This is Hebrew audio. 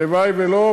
הלוואי שלא,